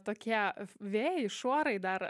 tokie vėjai šuorai dar